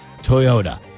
Toyota